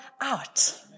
out